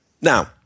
Now